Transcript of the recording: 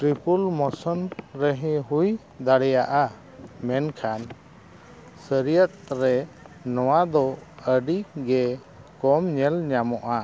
triple ᱢᱳᱥᱚᱱ ᱨᱮᱦᱮᱸ ᱦᱩᱭ ᱫᱟᱲᱮᱭᱟᱜᱼᱟ ᱢᱮᱱᱠᱷᱟᱱ ᱥᱟᱹᱨᱤᱭᱟᱹᱛ ᱨᱮ ᱱᱚᱣᱟ ᱫᱚ ᱟᱹᱰᱤ ᱜᱮ ᱠᱚᱢ ᱧᱮᱞ ᱧᱟᱢᱚᱜᱼᱟ